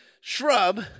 shrub